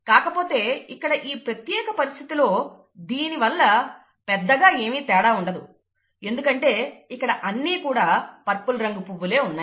కాకపోతే ఇక్కడ ఈ ప్రత్యేక పరిస్థితిలో దీనివల్ల పెద్దగా ఏమీ తేడా ఉండదు ఎందుకంటే ఇక్కడ అన్నీ కూడా పర్పుల్ రంగు పువ్వులే ఉన్నాయి